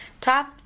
top